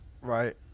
right